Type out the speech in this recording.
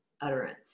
utterance